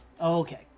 Okay